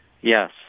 Yes